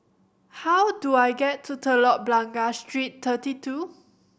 how do I get to Telok Blangah Street Thirty Two